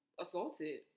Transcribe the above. assaulted